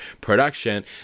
production